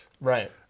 Right